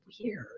weird